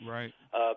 Right